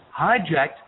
hijacked